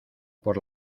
por